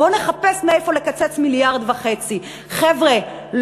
בואו נחפש מאיפה לקצץ 1.5. חבר'ה,